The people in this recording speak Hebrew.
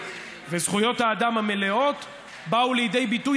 וזכויות האדם המלאות באו לידי ביטוי,